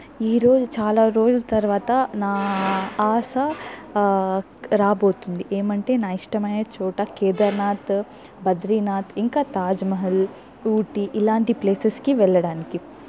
ఈ రోజు చాలా రోజుల తర్వాత నా ఆశ రాబోతుంది ఏమంటే నా ఇష్టమైన చోట కేదర్నాథ్ బద్రీనాథ్ ఇంకా తాజ్మహల్ ఊటీ ఇలాంటి ప్లేసెస్ కి వెళ్లడానికి